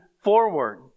forward